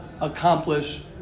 accomplish